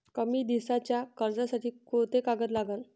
कमी दिसाच्या कर्जासाठी कोंते कागद लागन?